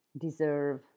deserve